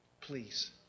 Please